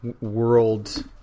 world